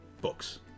books